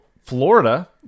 Florida